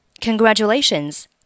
Congratulations